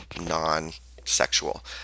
non-sexual